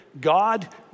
God